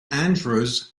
andrews